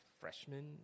freshman